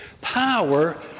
power